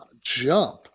jump